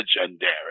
Legendary